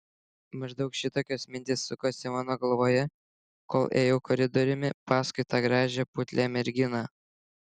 maždaug šitokios mintys sukosi mano galvoje kol ėjau koridoriumi paskui tą gražią putlią merginą